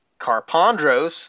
Carpondros